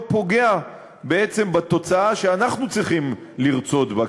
לא פוגע בעצם בתוצאה שאנחנו צריכים לרצות בה.